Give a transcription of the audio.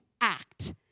act